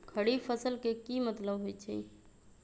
खरीफ फसल के की मतलब होइ छइ?